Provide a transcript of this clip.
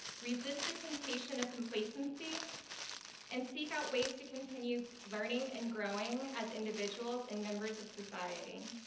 resist the temptation of complacency and seek out ways to continue learning and growing as individuals and members of society.